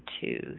two